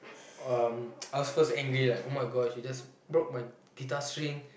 um I was first angry like oh-my-god she just broke my guitar string